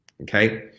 Okay